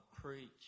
preach